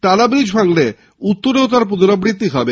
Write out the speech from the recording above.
টালা bridge ভাঙলে উত্তরে তার পুনরাবৃত্তি হবে